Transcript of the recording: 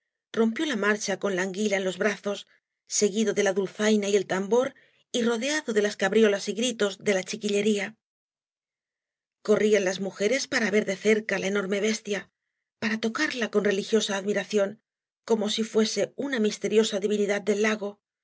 rompió iti marcha con la anguila en los braz seguido de la dulzaina y el tambor y rodeado de las cabriolas y gritos de la chiquillería corrían las mujeres para ver ds cerca la enorme bastía para tocarla con religiosa admiración como si fuese una misteriosa divinidad del lgo